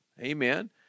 amen